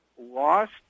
lost